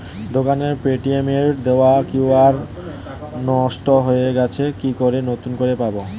দোকানের পেটিএম এর দেওয়া কিউ.আর নষ্ট হয়ে গেছে কি করে নতুন করে পাবো?